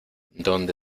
donde